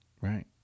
Right